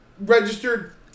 Registered